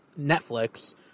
Netflix